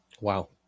Wow